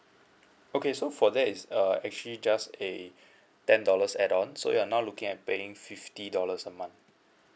okay so for that is uh actually just a ten dollars add on so you're not looking at paying fifty dollars a month